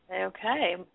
Okay